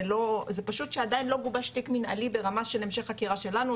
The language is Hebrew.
זה פשוט שעדיין לא גובש תיק מנהלי ברמה של המשך חקירה שלנו,